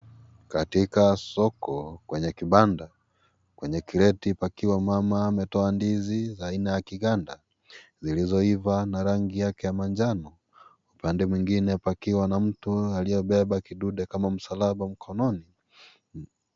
Katika soko kwenye kibanda, kwenye kreti pakiwa mama ametoa ndizi za aina ya kiganda, zilizoiva na rangi yake ya manjano. Upande mwingine pakiwa na mtu aliyebeba kidude kama msalaba wa mkononi.